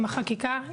עם החקיקה,